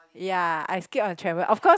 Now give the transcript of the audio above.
ya I skip on trampo~ of course